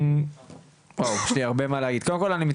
יש לי הרבה מה להגיד,